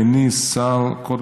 הוא לא פמיניסט,